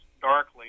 darkly